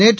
நேற்று